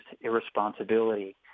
irresponsibility